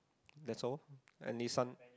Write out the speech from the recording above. that's all and